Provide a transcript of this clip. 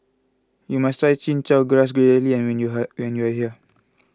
you must try Chin Chow Grass Jelly when you here when you are here